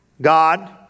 God